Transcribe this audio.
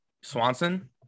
Swanson